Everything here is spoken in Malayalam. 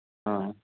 ആ